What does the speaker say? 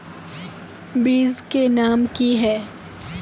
बीज के नाम की है?